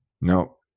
No